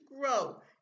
grow